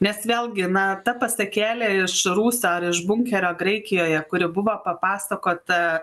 nes vėlgi na pasakėlė iš rūsio ar iš bunkerio graikijoje kuri buvo papasakota